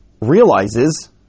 realizes